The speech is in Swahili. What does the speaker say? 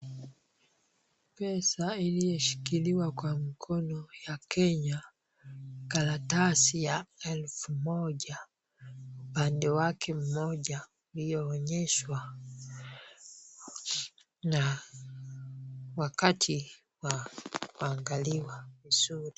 Pesa iliyoshikiliwa kwa mkono ya Kenya. Karatasi ya elfu moja. Upande wake mmoja iliyoonyeshwa na wakati wa kuangaliwa vizuri.